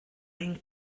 ein